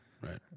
Right